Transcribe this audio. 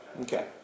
Okay